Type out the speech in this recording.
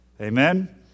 Amen